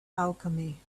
alchemy